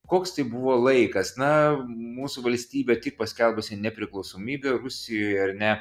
koks tai buvo laikas na mūsų valstybė tik paskelbusi nepriklausomybę rusijoje ar ne